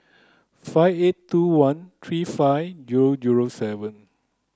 five eight two one three five three zero zero seven